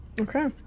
okay